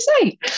say